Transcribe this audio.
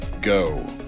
go